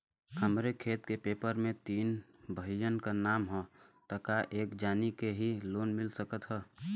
हमरे खेत के पेपर मे तीन भाइयन क नाम ह त का एक जानी के ही लोन मिल सकत ह?